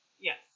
Yes